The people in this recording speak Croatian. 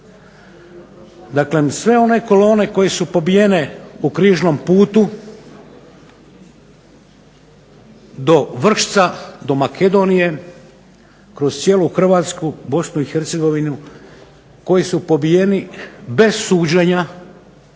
Dakle, sve one kolone koje su pobijene u križnom putu do Vršca, do Makedonije, kroz cijelu Hrvatsku, BiH koji su pobijeni bez suđenja